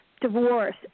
divorce